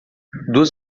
duas